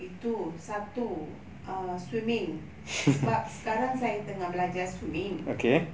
itu satu err swimming sebab sekarang saya tengah belajar swimming